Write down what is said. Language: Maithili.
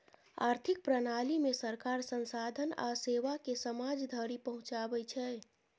आर्थिक प्रणालीमे सरकार संसाधन आ सेवाकेँ समाज धरि पहुंचाबै छै